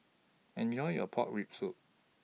Enjoy your Pork Rib Soup